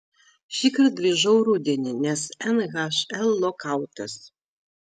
šįkart grįžau rudenį nes nhl lokautas